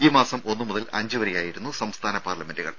ഈ മാസം ഒന്നുമുതൽ അഞ്ചു വരെ ആയിരുന്നു സംസ്ഥാന പാർലമെന്റുകൾ